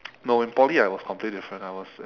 no in poly I was completely different I was